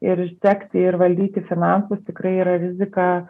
ir sekti ir valdyti finansus tikrai yra rizika